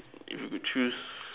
if you could choose